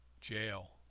jail